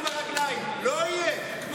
לא יהיה לעולם.